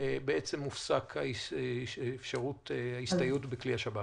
בעצם מופסקת האפשרות להסתייע בכלי השב"כ.